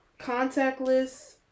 contactless